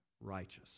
righteous